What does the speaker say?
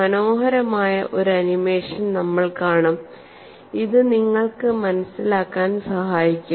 മനോഹരമായ ഒരു ആനിമേഷൻ നമ്മൾ കാണും ഇത് നിങ്ങൾക്ക് മനസിലാക്കാൻ സഹായിക്കും